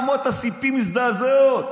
אמות הספים מזדעזעות,